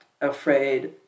afraid